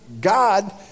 God